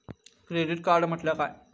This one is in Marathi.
क्रेडिट कार्ड म्हटल्या काय?